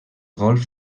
golf